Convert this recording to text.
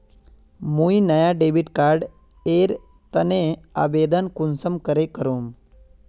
मुई नया debit card एर तने आवेदन कुंसम करे करूम?